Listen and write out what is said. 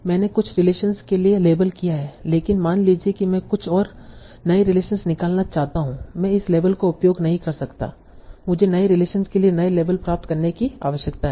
मैंने कुछ रिलेशनस के लिए लेबल किया है लेकिन मान लीजिए कि मैं अब कुछ नए रिलेशन निकालना चाहता हूं मैं इस लेबल का उपयोग नहीं कर सकता मुझे नए रिलेशन के लिए नए लेबल प्राप्त करने की आवश्यकता है